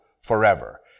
forever